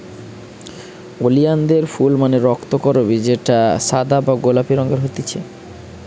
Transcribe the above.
ওলিয়ানদের ফুল মানে রক্তকরবী যেটা সাদা বা গোলাপি রঙের হতিছে